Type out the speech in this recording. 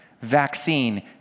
vaccine